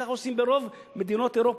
ככה עושים ברוב מדינות אירופה,